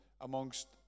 amongst